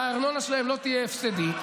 והארנונה שלהם לא תהיה הפסדית.